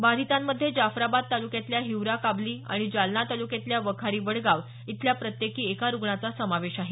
बाधितांमध्ये जाफराबाद तालुक्यातल्या हिवरा काबली आणि जालना तालुक्यातल्या वखारी वडगाव इथल्या प्रत्येकी एका रुग्णाचा समावेश आहे